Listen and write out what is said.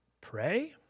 pray